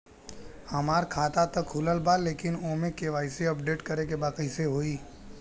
हमार खाता ता खुलल बा लेकिन ओमे के.वाइ.सी अपडेट करे के बा कइसे होई?